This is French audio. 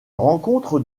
rencontre